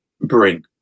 bring